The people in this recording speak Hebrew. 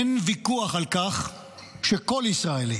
אין ויכוח על כך שכל ישראלי